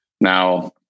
Now